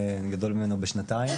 אני גדול ממנו בשנתיים.